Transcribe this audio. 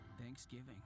Thanksgiving